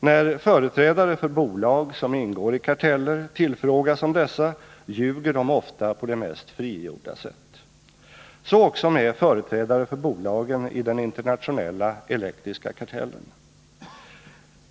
När företrädare för bolag som ingår i karteller tillfrågas om dessa, ljuger de ofta på det mest frigjorda sätt. Så är det också med företrädare för bolagen i den internationella elektriska kartellen.